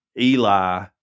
Eli